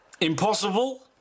Impossible